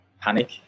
panic